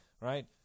right